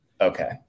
okay